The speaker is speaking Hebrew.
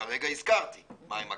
שכרגע הזכרתי מה הם הכללים,